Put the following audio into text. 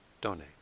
donate